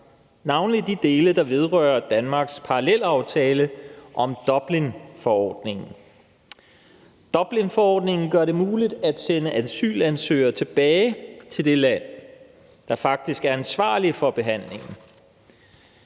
navnlig de dele, der vedrører Danmarks parallelaftale om Dublinforordningen. Dublinforordningen gør det muligt at sende asylansøgere tilbage til det land, der faktisk er ansvarligt for behandlingen.